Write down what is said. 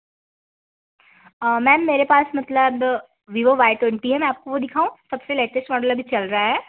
ma'am मेरे पास मतलब वीवो वाई ट्वेंटी है मैं आपको वो दिखाऊं सबसे लेटेस्ट मॉडल अभी चल रहा है